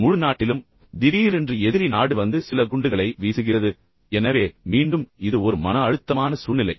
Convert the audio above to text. முழு நாட்டிலும் திடீரென்று எதிரி நாடு வந்து சில குண்டுகளை வீசுகிறது எனவே மீண்டும் இது ஒரு மன அழுத்தமான சூழ்நிலை